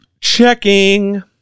Checking